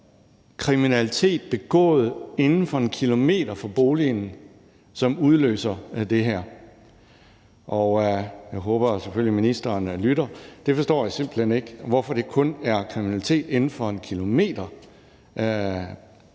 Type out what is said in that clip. kriminalitet begået inden for 1 km fra boligen, som udløser det her. Jeg håber selvfølgelig, at ministeren lytter. Jeg forstår simpelt hen ikke, hvorfor det kun er kriminalitet, der er begået